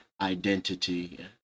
identity